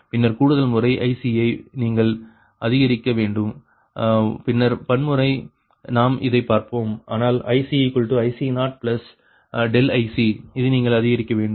பின்னர் கூடுதல்முறை IC0வை நீங்கள் அதிகரிக்க வேண்டும் பின்னர் பன்முறை நாம் இதை பார்ப்போம் ஆனால் ICIC0IC இதை நீங்கள் அதிகரிக்க வேண்டும்